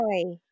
boy